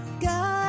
God